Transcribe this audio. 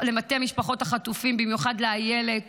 למטה משפחות החטופים, במיוחד לאיילת